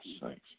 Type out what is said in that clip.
Thanks